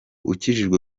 ukijijwe